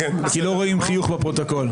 כי לא רואים חיוך בפרוטוקול.